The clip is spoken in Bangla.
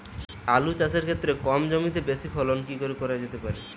আলু চাষের ক্ষেত্রে কম জমিতে বেশি ফলন কি করে করা যেতে পারে?